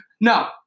No